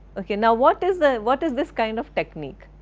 ok. now what is the, what is this kind of technique?